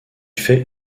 fait